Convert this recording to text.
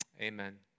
Amen